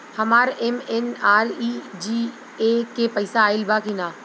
हमार एम.एन.आर.ई.जी.ए के पैसा आइल बा कि ना?